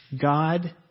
God